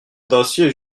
d’acier